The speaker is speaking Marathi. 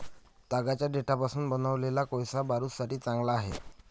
तागाच्या देठापासून बनवलेला कोळसा बारूदासाठी चांगला आहे